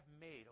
made